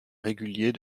régulier